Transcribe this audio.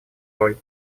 роль